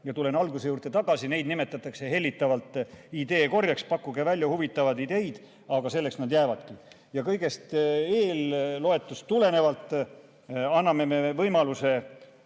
Tulen alguse juurde tagasi: neid nimetatakse hellitavalt ideekorjeks, et pakkuge välja huvitavaid ideid, aga selleks nad jäävadki. Kõigest eelöeldust tulenevalt anname me